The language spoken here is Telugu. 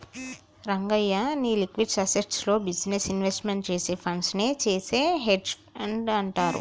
రంగయ్య, నీ లిక్విడ్ అసేస్ట్స్ లో బిజినెస్ ఇన్వెస్ట్మెంట్ చేసే ఫండ్స్ నే చేసే హెడ్జె ఫండ్ అంటారు